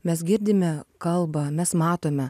mes girdime kalbą mes matome